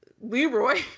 Leroy